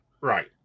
right